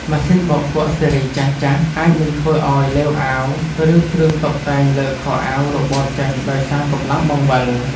ម៉ាស៊ីនបោកគក់ស៊េរីចាស់ៗអាចនឹងធ្វើឱ្យឡេវអាវ ឬគ្រឿងតុបតែងលើខោអាវរបូតចេញដោយសារកម្លាំងបង្វិល។